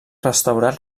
restaurat